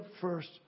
first